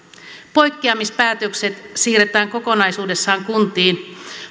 poikkeamispäätökset siirretään kokonaisuudessaan kuntiin